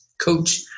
coach